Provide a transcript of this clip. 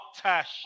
tash